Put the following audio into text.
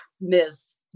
Miss